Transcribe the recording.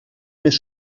més